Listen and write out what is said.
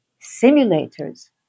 simulators